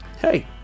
hey